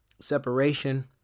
separation